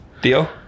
Deal